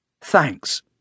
Thanks